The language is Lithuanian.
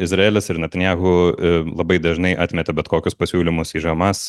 izraelis ir natanjahu labai dažnai atmeta bet kokius pasiūlymus iš hamas